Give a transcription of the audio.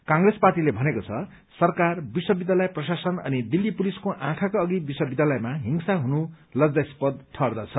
कंग्रेसले भनेको छ सरकार विश्वविद्यालय प्रशासन अनि दिल्ली पुलिसको आँखाको अघि विश्वविद्यालयमा हिंसा हुनु लञ्जास्पद ठर्हदछ